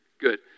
Good